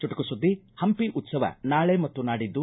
ಚುಟುಕು ಸುದ್ದಿ ಹಂಪಿ ಉತ್ಸವ ನಾಳೆ ಮತ್ತು ನಾಡಿದ್ದು